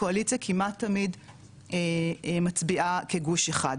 הקואליציה כמעט תמיד מצביע כגוש אחד.